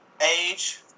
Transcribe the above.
age